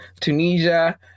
Tunisia